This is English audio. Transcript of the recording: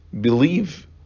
believe